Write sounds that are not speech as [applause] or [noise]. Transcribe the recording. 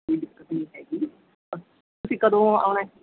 ਕੋਈ ਦਿੱਕਤ ਨਹੀਂ ਹੈਗੀ [unintelligible] ਤੁਸੀਂ ਕਦੋਂ ਆਉਣਾ ਏ